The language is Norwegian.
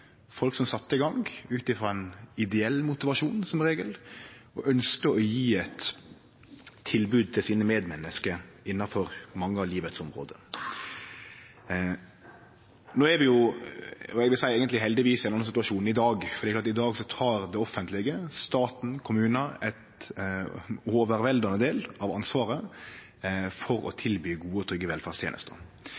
folk som sette i gang, som regel ut frå ein ideell motivasjon, og ønskte å gje eit tilbod til sine medmenneske innanfor mange av livets område. No er vi, og eg vil seie heldigvis, i ein annan situasjon, for i dag tek det offentlege – staten, kommunar – ein overveldande del av ansvaret for å